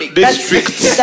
districts